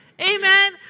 Amen